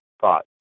thought